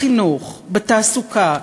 בחינוך, בתעסוקה.